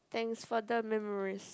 thanks for the memories